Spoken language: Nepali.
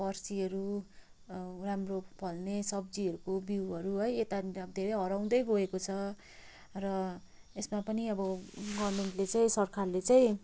फर्सीहरू राम्रो फल्ने सब्जीहरूको बिउहरू है यतानिर धेरै हराउँदै गएको छ र यसमा पनि अब गभर्मेन्टले चाहिँ सरकारले चाहिँ